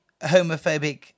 homophobic